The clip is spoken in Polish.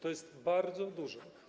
To jest bardzo dużo.